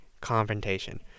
confrontation